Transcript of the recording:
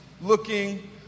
looking